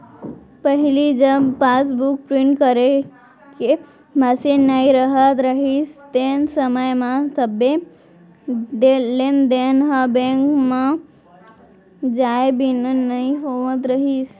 पहिली जब passbook print करे के मसीन नइ रहत रहिस तेन समय म सबो लेन देन ह बेंक म जाए बिना नइ होवत रहिस